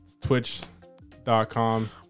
twitch.com